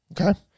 Okay